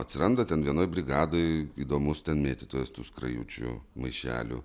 atsiranda ten vienoj brigadoj įdomus ten mėtytojas tų skrajučių maišelių